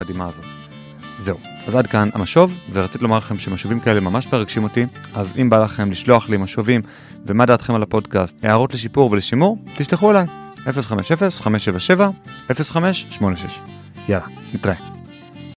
זהו. אז עד כאן המשוב, ורציתי לומר לכם שמשובים כאלה ממש מרגשים אותי, אז אם בא לכם לשלוח לי משובים ומה דעתכם על הפודקאסט, הערות לשיפור ולשימור, תשלחו אליי, 050-577-05-86. יאללה, נתראה.